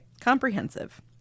Comprehensive